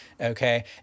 Okay